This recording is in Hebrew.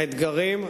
האתגרים,